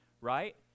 right